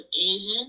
Asian